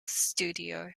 studio